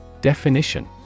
Definition